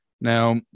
Now